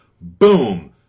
boom